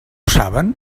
saben